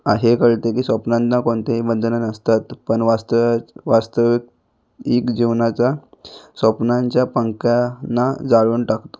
आज हे कळतं की स्वप्नांना कोणतेही बंधनं नसतात पण वास्तं वास्तविक इक जीवनाचा स्वप्नांच्या पंखांना जाळून टाकतो